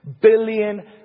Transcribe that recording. billion